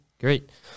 Great